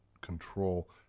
control